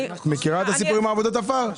מכירה את הסיפור עם עבודות עפר?